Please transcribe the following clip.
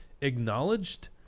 acknowledged